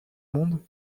monde